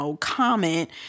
comment